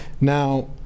Now